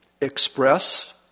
express